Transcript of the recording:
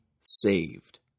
saved